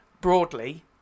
broadly